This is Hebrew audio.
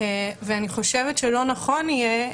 ואני חושבת שלא נכון יהיה,